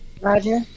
Roger